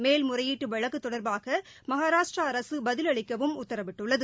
மேல்முறையீட்டுவழக்குதொடா்பாகமகாராஷ்டிராஅரசுபதிலளிக்கவும் உத்தரவிட்டுள்ளது